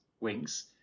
wings